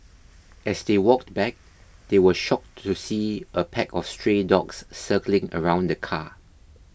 as they walked back they were shocked to see a pack of stray dogs circling around the car